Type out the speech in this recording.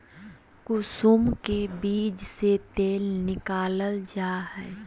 कुसुम के बीज से तेल निकालल जा हइ